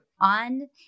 on